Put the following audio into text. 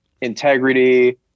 integrity